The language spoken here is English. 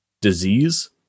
disease